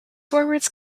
forwards